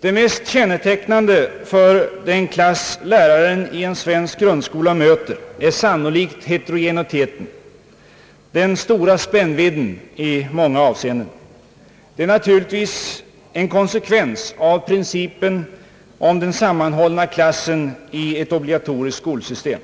Det mest kännetecknande för den klass läraren i en svensk grundskola möter är sannolikt heterogeniteten, den stora spännvidden, i många avseenden. Det är naturligtvis en konsekvens av principen om den sammanhållna klassen i ett obligatoriskt skolsystem.